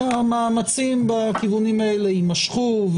שהמאמצים בכיוונים האלה יימשכו.